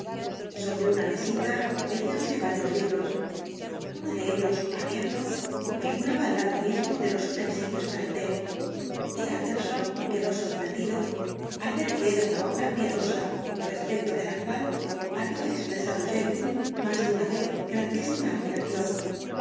sobre una mesita veíanse varios libros uno de ellos abierto figuraba al lado mismo de los utensilios para el te y utterson quedó sorprendido al ver que era una obra piadosa respecto de la cual había expresado jekyll más de el dr jekyll una vez grandísima admiración